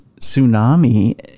tsunami